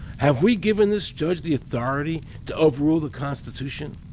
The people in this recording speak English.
have we given this judge the authority to overrule the constitiution?